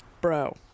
bro